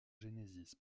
genesis